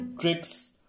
tricks